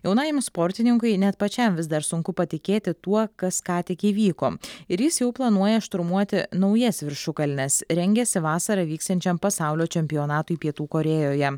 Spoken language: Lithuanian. jaunajam sportininkui net pačiam vis dar sunku patikėti tuo kas ką tik įvyko ir jis jau planuoja šturmuoti naujas viršukalnes rengiasi vasarą vyksiančiam pasaulio čempionatui pietų korėjoje